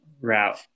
route